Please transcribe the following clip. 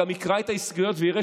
הוא גם יקרא את ההסתייגויות ויראה